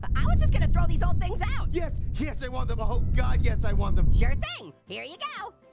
but i was just gonna throw these old things out. yes, yes i want them ah all. god, yes i want them. sure thing. here you go.